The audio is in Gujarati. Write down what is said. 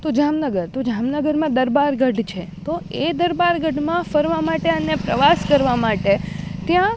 તો જામનગર તો જામનગરમાં દરબાર ગઢ છે તો એ દરબાર ગઢમાં ફરવા માટે અને પ્રવાસ કરવા માટે ત્યાં